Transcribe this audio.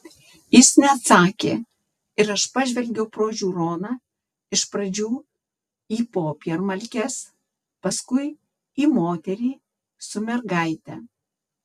jis neatsakė ir aš pažvelgiau pro žiūroną iš pradžių į popiermalkes paskui į moterį su mergaite